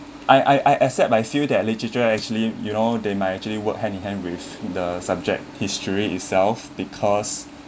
I I I accept a few that literature actually you know they may actually work hand in hand with the subject history itself because